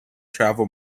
travel